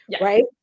Right